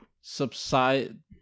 subside